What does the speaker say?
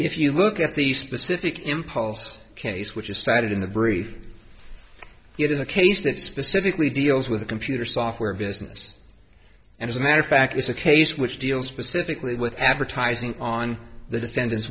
if you look at these specific impulse case which is cited in the brief it is a case that specifically deals with a computer software business and as a matter of fact it's a case which deals specifically with advertising on the defendant's